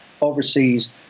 overseas